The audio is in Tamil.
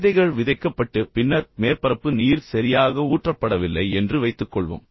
விதைகள் விதைக்கப்பட்டு பின்னர் மேற்பரப்பு நீர் சரியாக ஊற்றப்படவில்லை என்று வைத்துக்கொள்வோம்